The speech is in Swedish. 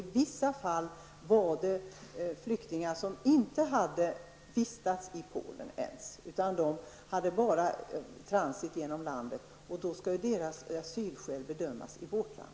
I vissa fall gällde det flyktingar, som inte ens hade vistats i Polen. De hade bara transiterats genom landet. Då borde deras asylskäl ha bedömts i vårt land.